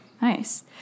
Nice